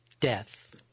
death